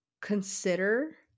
consider